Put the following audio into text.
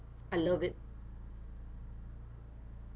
I love it